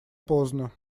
поздно